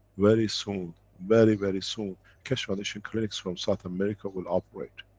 very soon, very, very soon keshe foundation clinics from south america will operate,